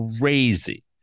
crazy